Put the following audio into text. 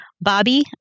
Bobby